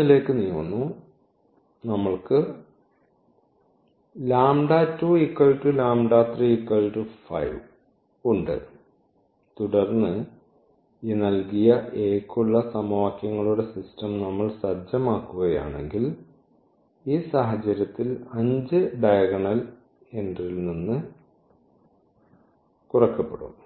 മറ്റൊന്നിലേക്ക് നീങ്ങുന്നു അതിനാൽ നമ്മൾക്ക് ഇത് ഉണ്ട് തുടർന്ന് ഈ നൽകിയ A യ്ക്കുള്ള സമവാക്യങ്ങളുടെ സിസ്റ്റം നമ്മൾ സജ്ജമാക്കുകയാണെങ്കിൽ ഈ സാഹചര്യത്തിൽ 5 ഡയഗണൽ എൻട്രിയിൽ നിന്ന് കുറയ്ക്കപ്പെടും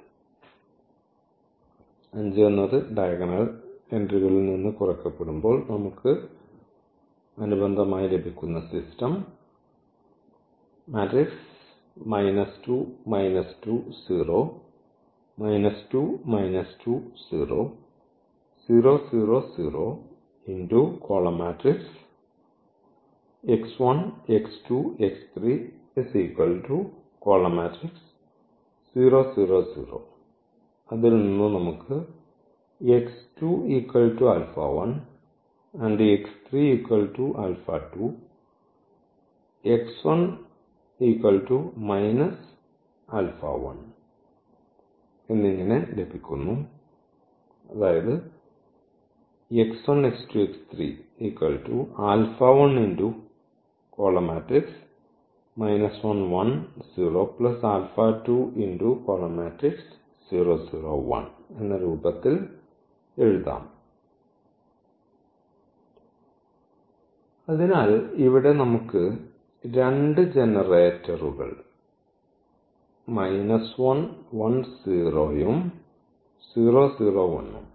അതിനാൽ ഇവിടെ നമുക്ക് ഈ 2 ജനറേറ്ററുകൾ ഉം ഉം ഉണ്ട്